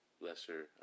lesser